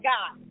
God